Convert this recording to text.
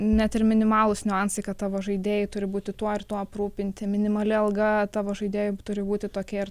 net ir minimalūs niuansai kad tavo žaidėjai turi būti tuo ir tuo aprūpinti minimali alga tavo žaidėjam turi būti tokia ir